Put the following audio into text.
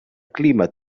clima